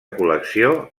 col·lecció